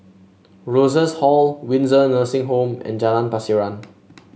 Rosas Hall Windsor Nursing Home and Jalan Pasiran